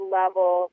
level